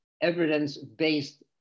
evidence-based